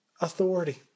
authority